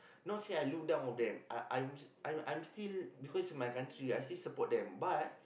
not say I look down on them I I I'm I'm I'm still because is my country I still support them but